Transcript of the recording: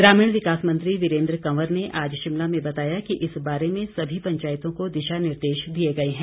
ग्रामीण विकास मंत्री वीरेन्द्र कंवर ने आज शिमला में बताया कि इस बारे में सभी पंचायतों को दिशानिर्देश दिए गए हैं